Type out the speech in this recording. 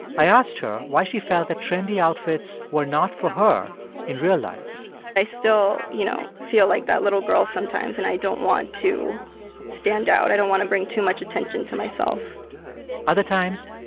i asked her why she felt that trendy outfits were not for her in real life i still, you know, feel like that little girl sometimes, and i don't want to stand out. i don't want to bring too much attention to myself other times,